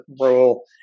role